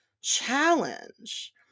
challenge